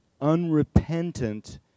unrepentant